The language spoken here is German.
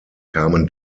kamen